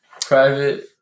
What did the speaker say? Private